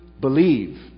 believe